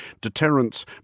Deterrence